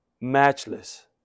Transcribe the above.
matchless